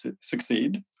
succeed